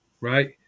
right